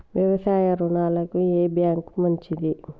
వ్యవసాయ రుణాలకు ఏ బ్యాంక్ మంచిది?